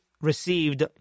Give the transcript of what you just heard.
received